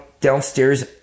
downstairs